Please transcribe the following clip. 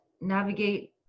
navigate